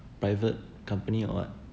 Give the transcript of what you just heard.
private company or what